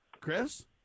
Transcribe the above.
Chris